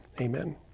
Amen